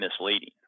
misleading